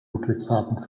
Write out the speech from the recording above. ludwigshafen